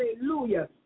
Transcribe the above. Hallelujah